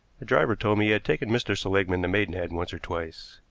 a driver told me he had taken mr. seligmann to maidenhead once or twice.